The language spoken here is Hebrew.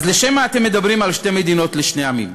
אז לשם מה אתם מדברים על שתי מדינות לשני עמים?